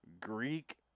Greek